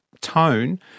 tone